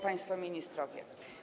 Państwo Ministrowie!